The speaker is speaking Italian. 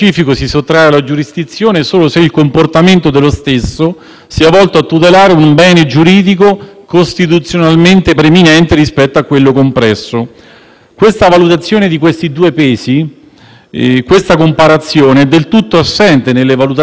costituzionalmente preminente rispetto a quello compresso. La valutazione di questi due pesi, questa comparazione è del tutto assente nelle valutazioni che anche il Presidente della Giunta ha fatto nella sua relazione di maggioranza.